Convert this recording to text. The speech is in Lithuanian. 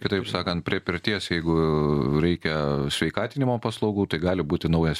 kitaip sakant prie pirties jeigu reikia sveikatinimo paslaugų tai gali būti naujas